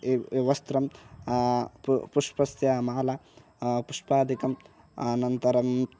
एव ए वस्त्रं प्रु पुष्पस्य माला पुष्पादिकम् आनन्तरं